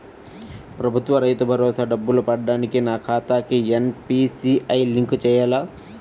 ప్రభుత్వ రైతు భరోసా డబ్బులు పడటానికి నా ఖాతాకి ఎన్.పీ.సి.ఐ లింక్ చేయాలా?